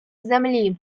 землі